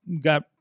got